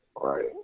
Right